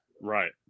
Right